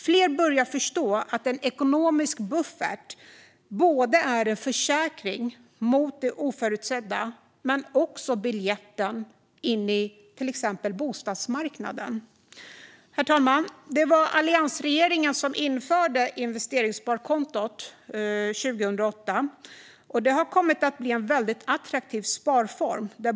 Fler börjar förstå att en ekonomisk buffert är både en försäkring mot det oförutsedda och biljetten till exempelvis bostadsmarknaden. Herr talman! Det var alliansregeringen som införde investeringssparkontot 2008. Det har kommit att bli en väldigt attraktiv sparform.